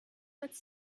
als